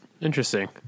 Interesting